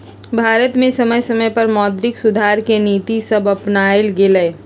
भारत में समय समय पर मौद्रिक सुधार के नीतिसभ अपानाएल गेलइ